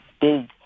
big